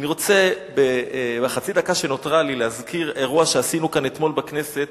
אני רוצה בחצי דקה שנותרה לי להזכיר אירוע שעשינו כאן אתמול בכנסת